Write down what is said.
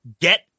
get